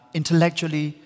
intellectually